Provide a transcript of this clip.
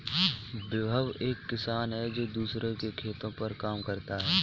विभव एक किसान है जो दूसरों के खेतो पर काम करता है